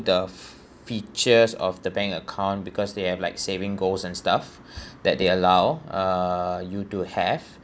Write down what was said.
the features of the bank account because they have like saving goals and stuff that they allow uh you to have